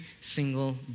single